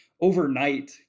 overnight